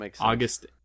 August